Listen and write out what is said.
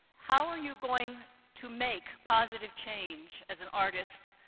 how are you going to make positive change as an artist,